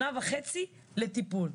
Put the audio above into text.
שנה וחצי לטיפול.